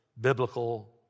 biblical